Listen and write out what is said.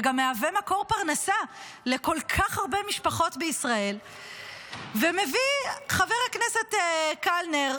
וגם מהווה מקור פרנסה לכל כך הרבה משפחות בישראל ומביא חבר הכנסת קלנר,